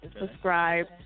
Subscribe